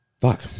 Fuck